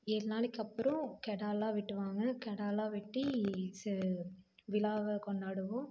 ஏழு நாளைக்கு அப்புறம் கிடாலாம் வெட்டுவாங்க கிடாலாம் வெட்டி விழாவ கொண்டாடுவோம்